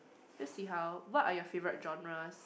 let's see how what are your favourite genres